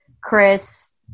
Chris